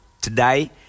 today